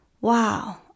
wow